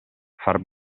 far